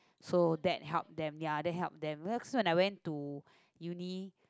so that helped them ya that helped them cause when I went to uni